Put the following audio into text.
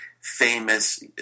famous